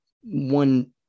one